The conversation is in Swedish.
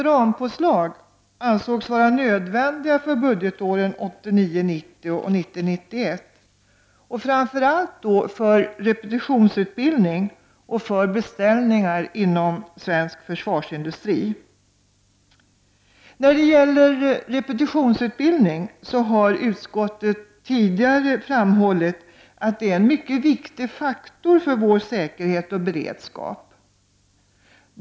Rampåslag ansågs vara nödvändiga för budgetåren 1989 91 framför allt för repetitionsutbildning och för beställningar inom svensk försvarsindustri. När det gäller repetitionsutbildningen har utskottet tidigare framhållit att den är en viktig faktor för vår säkerhet och beredskap.